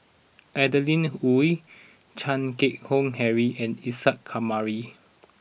Adeline Ooi Chan Keng Howe Harry and Isa Kamari